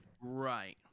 Right